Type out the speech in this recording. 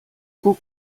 guck